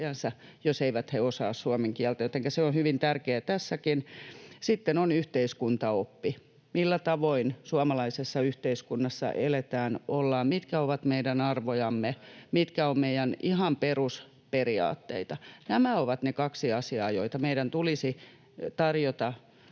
jos he eivät osaa suomen kieltä, jotenka se on hyvin tärkeää tässäkin. Sitten on yhteiskuntaoppi, millä tavoin suomalaisessa yhteiskunnassa eletään, ollaan, mitkä ovat meidän arvojamme, mitkä ovat meidän ihan perusperiaatteita. Nämä ovat ne kaksi asiaa, joita meidän tulisi tarjota